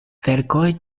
verkoj